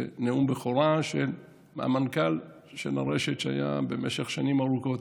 בנאום בכורה של המנכ"ל של הרשת במשך שנים ארוכות,